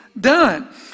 done